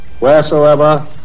wheresoever